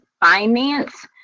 finance